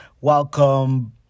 Welcome